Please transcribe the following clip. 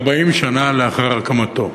40 שנה לאחר הקמתו.